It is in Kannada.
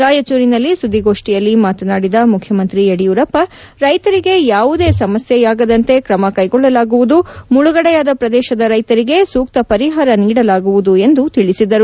ರಾಯಚೂರಿನಲ್ಲಿ ಸುದ್ದಿಗೋಷ್ಠಿಯಲ್ಲಿ ಮಾತನಾದಿದ ಮುಖ್ಯಮಂತ್ರಿ ಯಡಿಯೂರಪ್ಪ ರೈತರಿಗೆ ಯಾವುದೇ ಸಮಸ್ಯೆಯಾಗದಂತೆ ಕ್ರಮ ಕೈಗೊಳ್ಳಲಾಗುವುದು ಮುಳುಗಡೆಯಾದ ಪ್ರದೇಶದ ರೈತರಿಗೆ ಸೂಕ್ತ ಪರಿಹಾರ ನೀಡಲಾಗುವುದು ಎಂದು ತಿಳಿಸಿದರು